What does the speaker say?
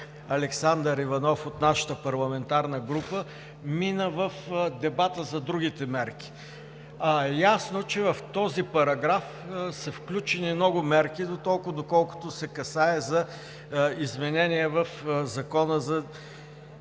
Александър Иванов от нашата парламентарна група мина в дебата за другите мерки, а е ясно, че в този параграф са включени много мерки дотолкова, доколкото се касае за изменение в Закона за